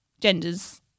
genders